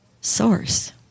source